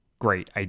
Great